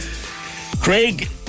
Craig